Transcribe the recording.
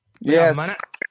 Yes